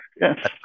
Yes